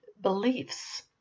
beliefs